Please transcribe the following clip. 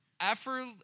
Effort